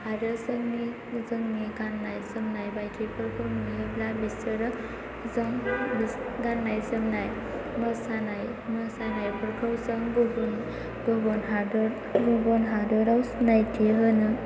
आरो जोंनि गाननाय जोमनाय बायदिफोरखौ नुयोब्ला बिसोरो जोंनि गाननाय जोमनाय मोसानायफोरखौ जों गुबुन गुबुन हादराव सिनायथि होनो